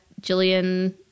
Jillian